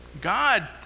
God